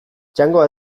txangoa